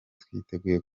twiteguye